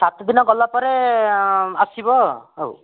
ସାତ ଦିନ ଗଲାପରେ ଆସିବ ହଉ